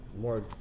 more